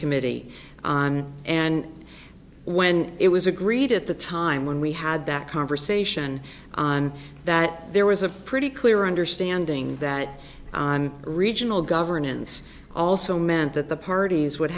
committee and when it was agreed at the time when we had that conversation on that there was a pretty clear understanding that regional governance also meant that the parties would